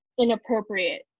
inappropriate